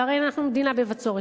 והרי אנחנו מדינה בבצורת,